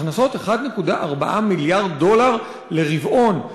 הכנסות 1.4 מיליארד דולר לרבעון.